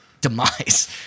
demise